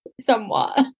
somewhat